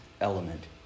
element